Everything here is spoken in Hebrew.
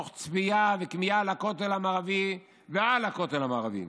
תוך צפייה וכמיהה לכותל המערבי ועל הכותל המערבי,